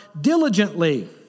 diligently